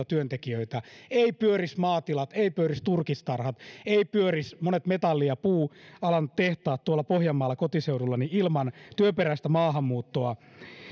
työntekijöitä ei pyörisi maatilat ei pyörisi turkistarhat ei pyörisi monet metalli ja puualan tehtaat tuolla kotiseudullani pohjanmaalla ilman työperäistä maahanmuuttoa